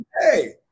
hey